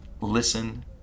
Listen